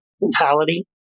mentality